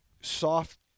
soft